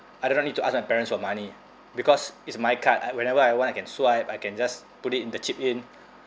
I do not need to ask my parents for money because is my card whenever I want I can swipe I can just put it in the chip in